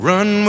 Run